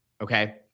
okay